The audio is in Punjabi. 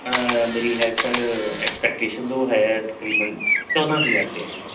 ਮੇਰੀ ਹੈ ਸਰ ਐਕਸਪੈਕਟੇਸ਼ਨ ਉਹ ਹੈ ਤਕਰੀਬਨ ਚੌਦਾਂ ਹਜ਼ਾਰ ਰੁਪਏ ਜੀ